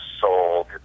sold